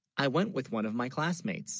i? went with one of my classmates